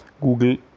Google